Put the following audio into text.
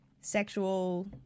sexual